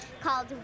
called